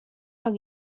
haw